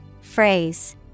Phrase